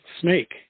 snake